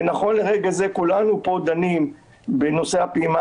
ונכון לרגע זה כולנו פה דנים בנושא הפעימה